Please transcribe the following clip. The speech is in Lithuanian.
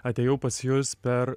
atėjau pas jus per